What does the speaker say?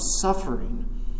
suffering